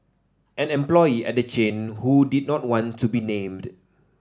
an employee at the chain who did not want to be named